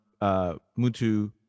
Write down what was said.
Mutu